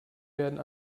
werden